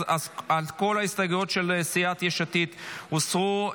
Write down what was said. אז כל ההסתייגויות של סיעת יש עתיד הוסרו.